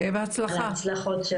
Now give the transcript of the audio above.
שיהיה בהצלחה.